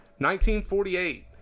1948